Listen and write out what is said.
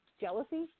Jealousy